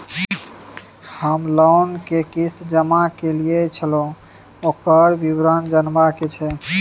हम लोन के किस्त जमा कैलियै छलौं, ओकर विवरण जनबा के छै?